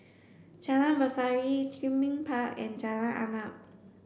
Jalan Berseri Greenbank Park and Jalan Arnap